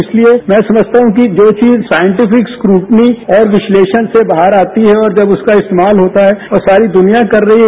इसलिए मैं समझता हूं कि जो चीज सांइटिफिक स्क्रूटनी और विश्लेषण से बाहर आती है और जब उसका इस्तेमाल होता है और सारी दुनिया कर रही है